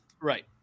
Right